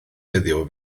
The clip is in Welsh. heddiw